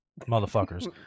motherfuckers